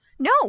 No